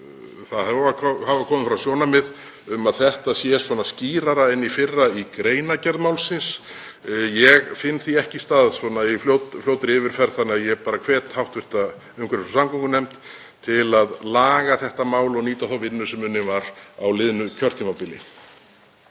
Það hafa komið fram sjónarmið um að þetta sé skýrara en í fyrra í greinargerð málsins. Ég finn því ekki stað í fljótri yfirferð þannig að ég hvet hv. umhverfis- og samgöngunefnd til að laga þetta mál og nýta þá vinnu sem unnin var á liðnu kjörtímabili.